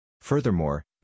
Furthermore